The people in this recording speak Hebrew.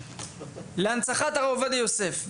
להנצחת הרב עובדיה יוסף,